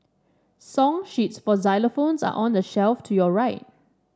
song sheets for xylophones are on the shelf to your right